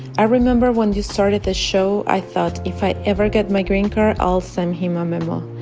i remember when you started this show, i thought if i ever get my green card, i'll send him a memo.